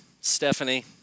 Stephanie